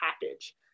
package